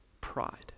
pride